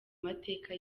mateka